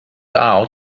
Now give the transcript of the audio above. out